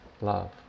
love